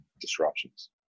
disruptions